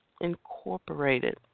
Incorporated